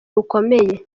rukomeye